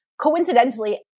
coincidentally